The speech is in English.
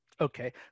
Okay